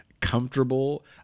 comfortable